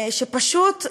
שפשוט,